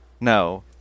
No